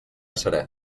serè